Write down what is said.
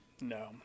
No